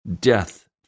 Death